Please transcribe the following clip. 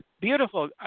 beautiful